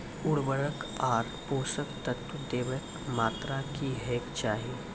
उर्वरक आर पोसक तत्व देवाक मात्राकी हेवाक चाही?